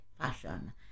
fashion